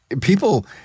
people